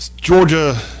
Georgia